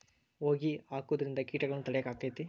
ಹೊಗಿ ಹಾಕುದ್ರಿಂದ ಕೇಟಗೊಳ್ನ ತಡಿಯಾಕ ಆಕ್ಕೆತಿ?